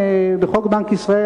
בחוק בנק ישראל,